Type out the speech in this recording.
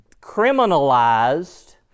criminalized